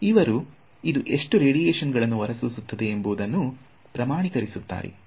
ಇವರು ಇದು ಎಷ್ಟು ರೇಡಿಯೇಶನ್ ಗಳನ್ನು ಹೊರಸೂಸುತ್ತದೆ ಎಂಬುದನ್ನು ಪ್ರಮಾಣೀಕರಿಸುತ್ತಾರೆ